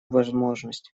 возможность